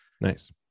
nice